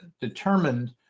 determined